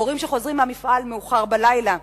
הורים שחוזרים מהמפעל מאוחר בלילה,